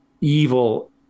evil